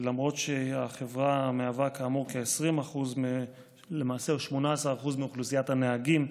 למרות שהחברה מהווה כאמור כ-20% למעשה 18% מאוכלוסיית הנהגים,